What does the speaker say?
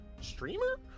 streamer